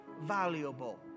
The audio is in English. valuable